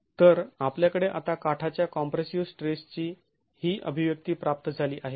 तर आपल्याकडे आता काठाच्या कॉम्प्रेसिव स्ट्रेस ची ही अभिव्यक्ती प्राप्त झाली आहे